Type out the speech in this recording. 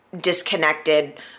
disconnected